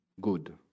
Good